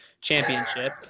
championship